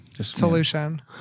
solution